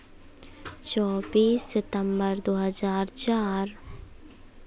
चौबीस सितंबर दो हज़ार चार